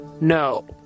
No